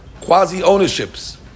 quasi-ownerships